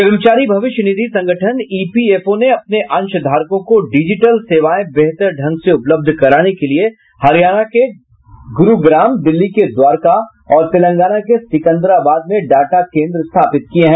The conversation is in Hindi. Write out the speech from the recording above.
कर्मचारी भविष्य निधि संगठन ईपीएफओ ने अपने अंशधारकों को डिजीटल सेवाएं बेहतर ढंग से उपलब्ध कराने के लिए हरियाणा के गुरुग्राम दिल्ली के द्वारका और तेलंगाना के सिकंदराबाद में डाटा केंद्र स्थापित किये हैं